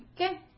Okay